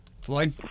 Floyd